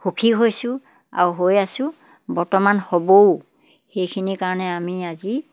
সুখী হৈছোঁ আৰু হৈ আছোঁ বৰ্তমান হ'বও সেইখিনিৰ কাৰণে আমি আজি